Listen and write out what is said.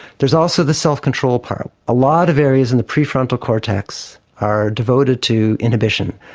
there is also the self-control part. a lot of areas in the pre-frontal cortex are devoted to inhibition.